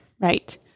Right